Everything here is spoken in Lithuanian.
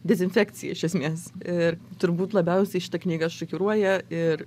dezinfekciją iš esmės ir turbūt labiausiai šita knyga šokiruoja ir